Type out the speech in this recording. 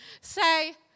say